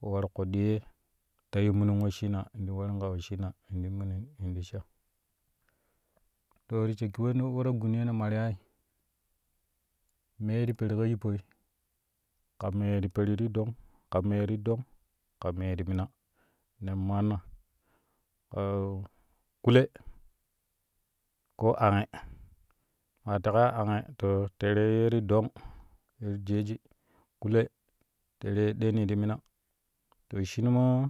We war koɗɗi ye ta yiu minin wesshina ti warin ka wesshina in ti sha to ti shakki we-ta-gun yeno maryai mee ti peri ka yippo ka mee ti peri ti dong ka me ti dong ka me ti mina nen maama kule ko angɛ maa leƙa yaa angɛ to terei ye to dong ye ti jeji kule tere ye ɗeeni ti mina to shinu maa